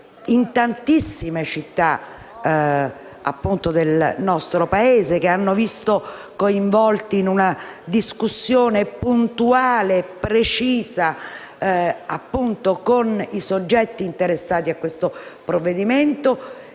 in tantissime città del Paese e che hanno visto coinvolti, in una discussione puntuale e precisa, i soggetti interessati al provvedimento